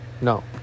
No